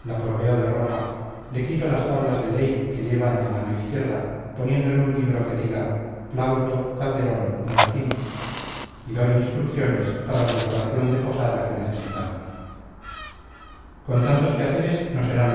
la proveo de ropa le quito las tablas de ley que lleva en la mano izquierda poniéndole un libro que diga plauto calderón moratín y doy instrucciones para la decoración de posada que necesitamos con tantos quehaceres no serán